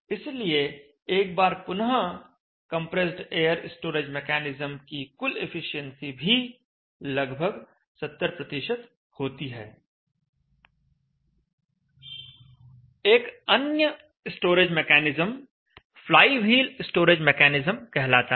इसलिए एक बार पुनः कंप्रेस्ड एयर स्टोरेज मेकैनिज्म की कुल एफिशिएंसी भी लगभग 70 होती है एक अन्य storage mechanism flywheel storage mechanism कहलाता है